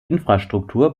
infrastruktur